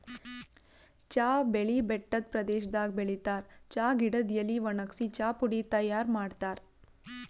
ಚಾ ಬೆಳಿ ಬೆಟ್ಟದ್ ಪ್ರದೇಶದಾಗ್ ಬೆಳಿತಾರ್ ಚಾ ಗಿಡದ್ ಎಲಿ ವಣಗ್ಸಿ ಚಾಪುಡಿ ತೈಯಾರ್ ಮಾಡ್ತಾರ್